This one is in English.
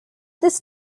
this